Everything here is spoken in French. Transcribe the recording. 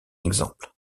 exemple